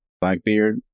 Blackbeard